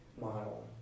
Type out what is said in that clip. model